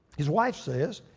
his wife says,